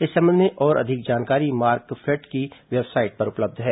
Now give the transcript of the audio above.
इस संबंध में और अधिक जानकारी मार्कफेड की वेबसाइट पर उपलब्ध है